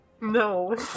No